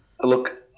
Look